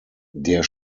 der